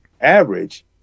average